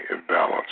imbalance